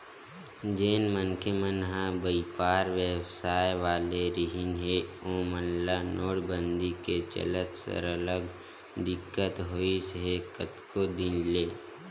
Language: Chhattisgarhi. जेन मनखे मन ह बइपार बेवसाय वाले रिहिन हे ओमन ल नोटबंदी के चलत सरलग दिक्कत होइस हे कतको दिन ले